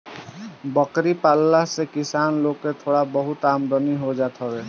बकरी पालला से किसान लोग के थोड़ा बहुत आमदनी हो जात हवे